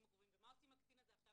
הקרובים ומה עושים עם הקטין הזה עכשיו?